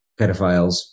pedophiles